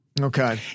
Okay